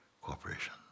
cooperation